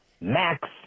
Max